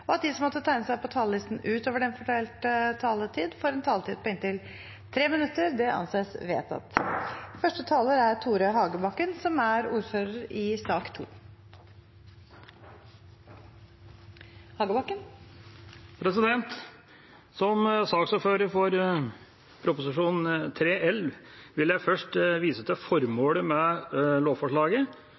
og at de som måtte tegne seg på talerlisten utover den fordelte taletid, får en taletid på inntil 3 minutter. – Det anses vedtatt. Som saksordfører for Prop. 3 L for 2018–2019 vil jeg først vise til formålet med lovforslaget: